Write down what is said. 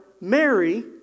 Mary